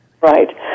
Right